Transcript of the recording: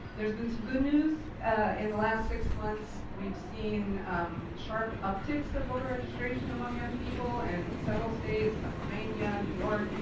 there's been some good news in the last six months. we've seen sharp upticks of voter registration among young people in several states, pennsylvania, new york.